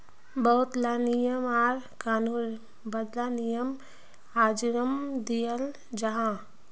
बहुत ला नियम आर कानूनेर बाद निर्यात अंजाम दियाल जाहा